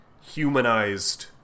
humanized